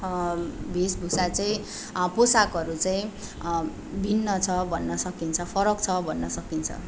वेशभूषा चाहिँ पोशाकहरू चाहिँ भिन्न छ भन्न सकिन्छ फरक छ भन्न सकिन्छ